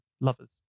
lovers